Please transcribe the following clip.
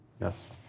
Yes